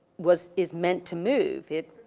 was, is meant to move. it,